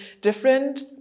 different